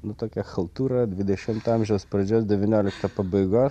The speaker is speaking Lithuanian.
nu tokia chaltūra dvidešimto amžiaus pradžios devyniolikto pabaigos